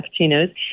cappuccinos